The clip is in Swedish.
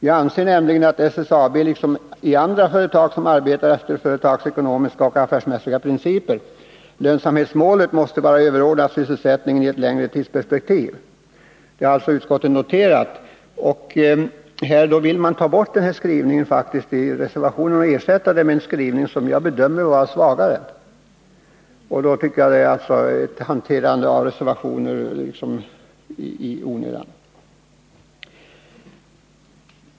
Jag anser nämligen att i SSAB liksom i andra företag som arbetar efter företagsekonomiska och affärsmässiga principer lönsamhetsmålet måste vara överordnat sysselsättningen i ett längre tidsperspektiv.” Detta har alltså utskottet noterat. Nu vill man i reservationen faktiskt ta bort denna skrivning och ersätta den med en skrivning som jag bedömer som svagare. Därför tycker jag att det är en reservation som skrivits i onödan.